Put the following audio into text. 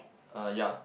uh ya